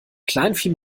kleinvieh